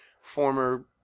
former